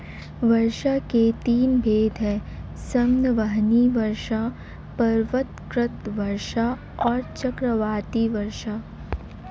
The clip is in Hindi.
वर्षा के तीन भेद हैं संवहनीय वर्षा, पर्वतकृत वर्षा और चक्रवाती वर्षा